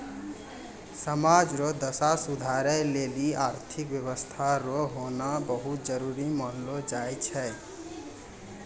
समाज रो दशा सुधारै लेली आर्थिक व्यवस्था रो होना बहुत जरूरी मानलौ जाय छै